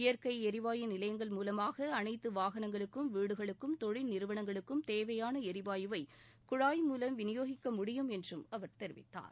இயற்கை எரிவாயு நிலையங்கள் மூலமாக அனைத்து வாகனங்களுக்கும் வீடுகளுக்கும் தொழில் நிறுவனங்களுக்கும் தேவையான எரிவாயுவை குழாய் மூலம் விநியோகிக்க முடியும் என்றும் அவர் தெரிவித்தார்